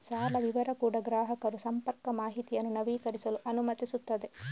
ಸಾಲ ವಿವರ ಕೂಡಾ ಗ್ರಾಹಕರು ಸಂಪರ್ಕ ಮಾಹಿತಿಯನ್ನು ನವೀಕರಿಸಲು ಅನುಮತಿಸುತ್ತದೆ